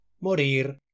morir